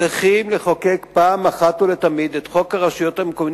צריכים לחוקק פעם אחת ולתמיד את חוק הרשויות המקומיות.